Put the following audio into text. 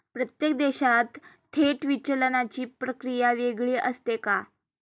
प्रत्येक देशात थेट विचलनाची प्रक्रिया वेगळी असते का?